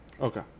Okay